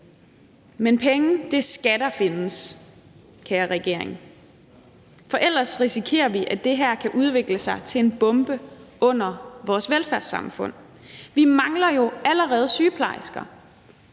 Men penge skal der findes, kære regering. For ellers risikerer vi, at det her kan udvikle sig til en bombe under vores velfærdssamfund. Vi mangler jo allerede sygeplejersker,